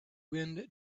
wind